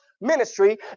ministry